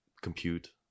compute